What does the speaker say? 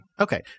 Okay